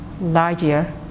larger